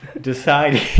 decide